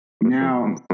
Now